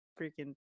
freaking